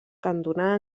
cantonada